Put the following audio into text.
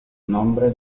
nombre